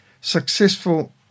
successful